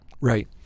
Right